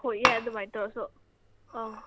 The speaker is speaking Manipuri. ꯍꯣꯏ ꯌꯥꯏ ꯑꯗꯨꯃꯥꯏꯅ ꯇꯧꯔꯁꯨ ꯑꯪ